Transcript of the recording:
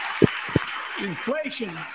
inflation